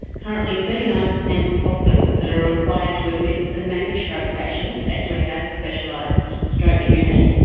currently thirty nine percent of hospitals that are required to admit and manage stroke patients actually have a specialised stroke unit.